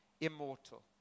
immortal